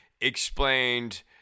explained